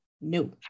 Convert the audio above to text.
no